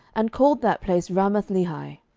and called that place ramathlehi.